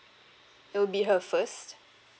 it will be her first